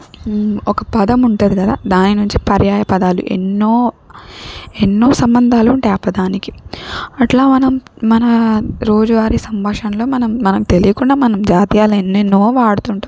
ఒక పదం ఉంటుంది కదా దాని నుంచి పర్యాయ పదాలు ఎన్నో ఎన్నో సంబంధాలు ఉంటాయి ఆ పదానికి అట్లా మనం మన రోజువారీ సంభాషణలో మనం మనం తెలియకుండా మనం జాతీయాలు ఎన్నెన్నో వాడుతుంటాం